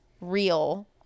real